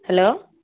hello